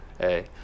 hey